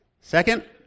Second